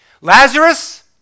Lazarus